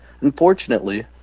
Unfortunately